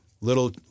little